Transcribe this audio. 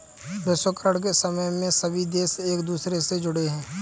वैश्वीकरण के समय में सभी देश एक दूसरे से जुड़े है